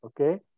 okay